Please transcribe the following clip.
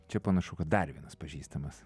čia panašu kad dar vienas pažįstamas